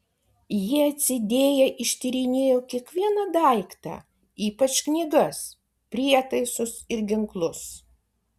jie atsidėję ištyrinėjo kiekvieną daiktą ypač knygas prietaisus ir ginklus